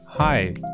Hi